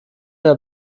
der